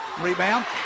Rebound